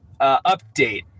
update